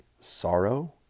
sorrow